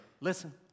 Listen